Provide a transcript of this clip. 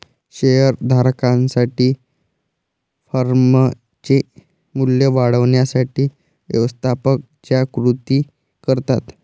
share धारकांसाठी फर्मचे मूल्य वाढवण्यासाठी व्यवस्थापक ज्या कृती करतात